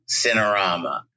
Cinerama